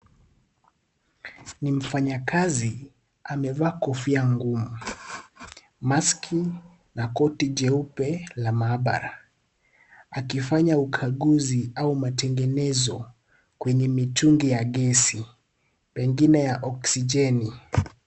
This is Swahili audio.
Ni mfanyakazi amevaa kofia ngumu, maski na kofia jeupe la maabara akifanya ukaguzi au matengenezo kwenye mituni ya gesi, pengine ya oksijeni.